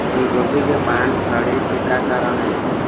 फूलगोभी के पान सड़े के का कारण ये?